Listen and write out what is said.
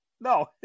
No